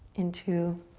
into